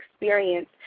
experience